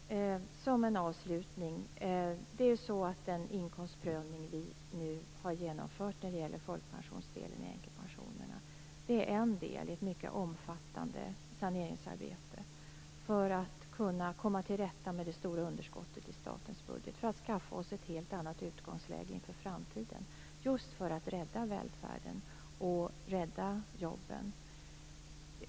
Fru talman! Som en avslutning vill jag säga att den inkomstprövning som vi nu har infört när det gäller folkpensionsdelen i änkepensionen är en del i ett mycket omfattande saneringsarbete. Det har vi genomfört för att kunna komma till rätta med det stora underskottet i statens budget och för att skaffa oss ett helt annat utgångsläge inför framtiden - och detta för att rädda välfärden och jobben.